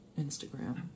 Instagram